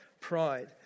pride